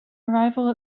arrival